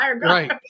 right